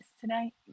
tonight